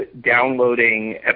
downloading